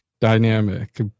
dynamic